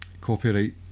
copyright